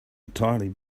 entirely